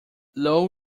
low